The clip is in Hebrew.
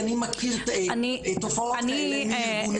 אני מכיר תופעות כאלה מארגוני מאפיה.